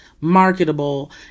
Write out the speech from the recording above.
marketable